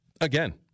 Again